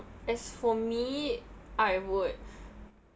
as for me I would